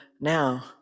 now